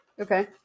Okay